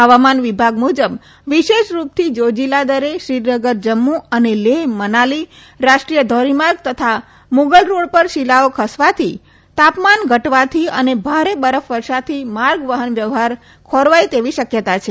હવામાન વિભાગ મુજબ વિશેષ રૂપથી જોજિલા દરે શ્રીનગર જમ્મુ અને લેહ મનાલી રાષ્ટ્રીય ધોરીમાર્ગ તથા મુગલ રોડ પર શિલાઓ ખસવાથી તાપમાન ઘટવાથી અને ભારે બરફ વર્ષાથી માર્ગ વાહન વ્યવહાર ખોરવાય તેવી શકયતા છે